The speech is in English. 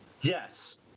Yes